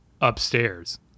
upstairs